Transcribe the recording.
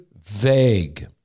vague